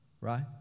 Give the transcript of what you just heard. right